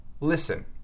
listen